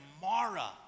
Mara